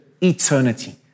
eternity